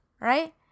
right